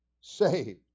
saved